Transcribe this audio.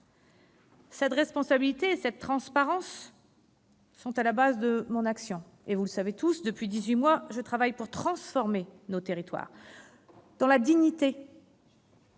Cette responsabilité et cette transparence sont à la base de mon action. Vous le savez tous, depuis dix-huit mois, je travaille pour transformer nos territoires dans la dignité,